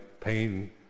pain